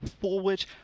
forward